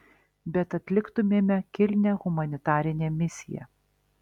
bet atliktumėme kilnią humanitarinę misiją